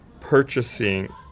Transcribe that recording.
purchasing